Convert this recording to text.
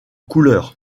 couleur